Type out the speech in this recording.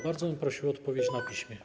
Bardzo bym prosił o odpowiedź na piśmie.